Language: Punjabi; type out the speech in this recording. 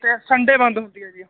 ਤੇ ਸੰਡੇ ਬੰਦ ਹੁੰਦੀ ਹੈ ਜੀ